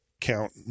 count